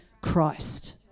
Christ